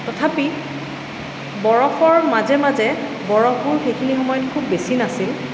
তথাপি বৰফৰ মাজে মাজে বৰফো সেইখিনি সময়ত খুব বেছি নাছিল